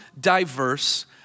diverse